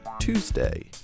Tuesday